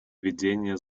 ведения